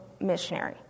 Missionary